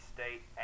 State